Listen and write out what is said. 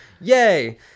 Yay